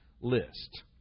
list